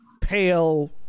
pale